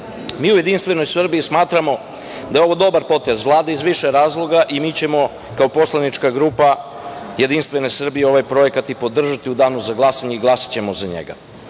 u Jedinstvenoj Srbiji smatramo da je ovo dobar potez Vlade, iz više razloga, i mi ćemo kao poslanička grupa Jedinstvene Srbije ovaj projekat i podržati u danu za glasanje i glasaćemo za njega. Koji